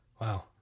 wow